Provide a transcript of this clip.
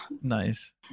nice